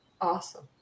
Awesome